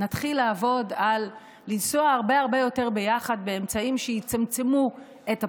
נתחיל לעבוד על לנסוע הרבה הרבה יותר ביחד באמצעים שיצמצמו את הפקקים.